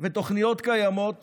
ותוכניות קיימות